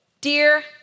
dear